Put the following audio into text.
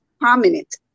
prominent